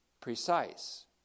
precise